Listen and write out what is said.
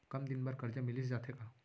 कम दिन बर करजा मिलिस जाथे का?